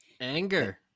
Anger